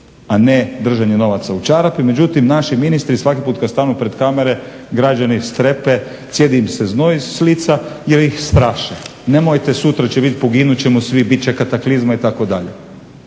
a ne držanje novaca u čarapi. Međutim, naši ministri svaki put kad stanu pred kamere građani strepe, cijedi im se znoj s lica jer ih straše nemojte sutra će biti, poginut ćemo svi, bit će kataklizma itd.